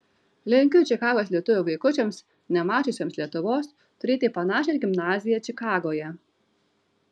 linkiu čikagos lietuvių vaikučiams nemačiusiems lietuvos turėti panašią gimnaziją čikagoje